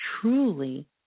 truly